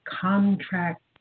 contract